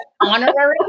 honorary